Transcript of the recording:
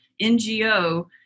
NGO